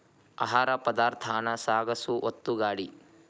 ಆಹಾರ ಪದಾರ್ಥಾನ ಸಾಗಸು ಒತ್ತುಗಾಡಿ